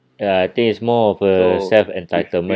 ya I think it's more of a self entitlement